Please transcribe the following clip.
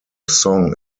song